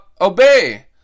obey